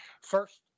First